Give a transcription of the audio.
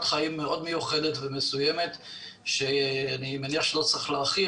חיים מאוד מיוחדת ומסוימת שאני מניח שלא צריך להרחיב,